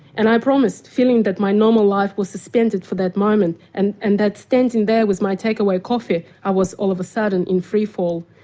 and i promised, feeling that my normal life was suspended for that moment and and that, standing there with my take-away coffee, i was all of a sudden in free fall.